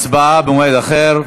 הצבעה במועד אחר.